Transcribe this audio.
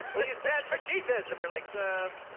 will you stand for jesus? and we're like, ah,